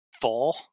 four